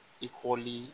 equally